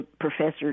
professor